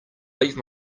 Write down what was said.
leave